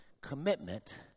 commitment